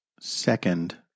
second